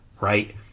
right